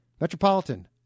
Metropolitan